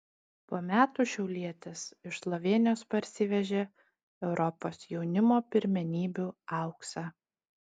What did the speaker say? po metų šiaulietis iš slovėnijos parsivežė europos jaunimo pirmenybių auksą